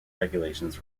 regulations